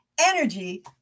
energy